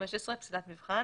פסילת מבחן